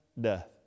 death